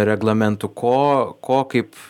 reglamentų ko ko kaip